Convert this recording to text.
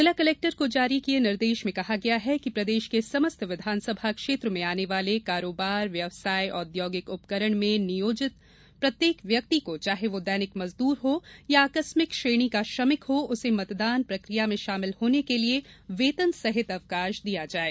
जिला कलेक्टर को जारी किये निर्देश में कहा गया है कि प्रदेश के समस्त विधानसभा क्षेत्र में आने वाले कारोबार व्यवसाय औद्योगिक उपकरण में नियोजित प्रत्येक व्यक्ति को चाहे वह दैनिक मजदूर हो या आकस्मिक श्रेणी का श्रमिक हो उसे मतदान प्रक्रिया में शामिल होने के लिये वेतन सहित अवकाश दिया जाये